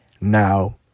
Now